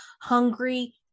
hungry